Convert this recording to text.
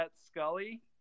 Scully